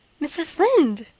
mrs. lynde!